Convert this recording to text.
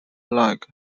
lag